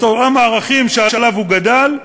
את עולם הערכים שעליו הוא גדל,